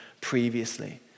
previously